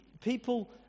people